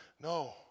No